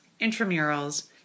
intramurals